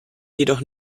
jedoch